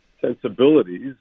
sensibilities